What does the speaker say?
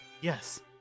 Yes